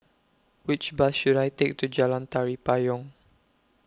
Which Bus should I Take to Jalan Tari Payong